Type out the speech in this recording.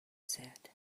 said